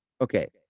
okay